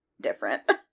different